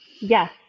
Yes